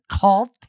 cult